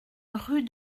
rue